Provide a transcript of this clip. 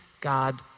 God